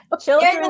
Children